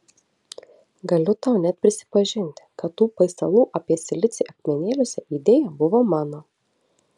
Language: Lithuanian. galiu tau net prisipažinti kad tų paistalų apie silicį akmenėliuose idėja buvo mano